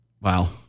Wow